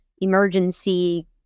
emergency